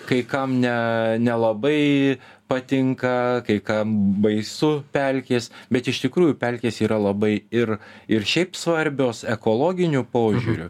kai kam ne nelabai patinka kai kam baisu pelkės bet iš tikrųjų pelkės yra labai ir ir šiaip svarbios ekologiniu požiūriu